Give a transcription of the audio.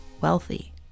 wealthy